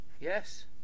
Yes